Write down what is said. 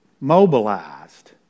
mobilized